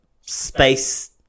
space